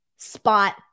spot